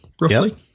roughly